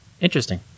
interesting